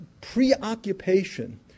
preoccupation